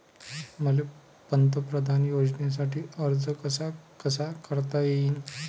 मले पंतप्रधान योजनेसाठी अर्ज कसा कसा करता येईन?